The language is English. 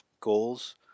goals